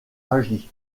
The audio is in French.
agit